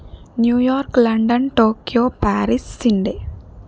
New York London Tokyo Paris Shinde